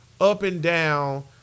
up-and-down